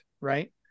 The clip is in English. right